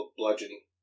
bludgeoning